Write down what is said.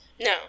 No